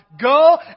go